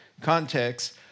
context